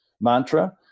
mantra